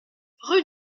rue